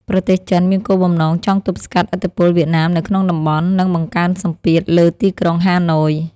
ប្រទេសចិនមានគោលបំណងចង់ទប់ស្កាត់ឥទ្ធិពលវៀតណាមនៅក្នុងតំបន់ និងបង្កើនសម្ពាធលើទីក្រុងហាណូយ។